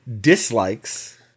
dislikes